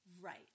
right